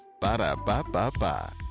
Ba-da-ba-ba-ba